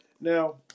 Now